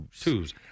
Twos